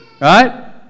Right